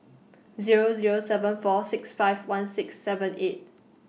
Zero Zero seven four six five one six seven eight